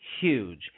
huge